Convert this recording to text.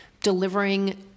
delivering